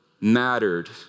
mattered